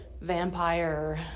vampire